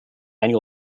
annual